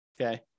okay